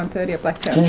and thirty at blacktown.